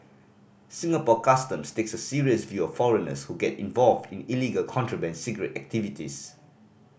Singapore Customs takes a serious view of foreigners who get involved in illegal contraband cigarette activities